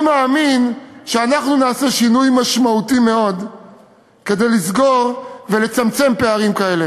אני מאמין שאנחנו נעשה שינוי משמעותי מאוד כדי לסגור ולצמצם פערים כאלה.